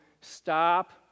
stop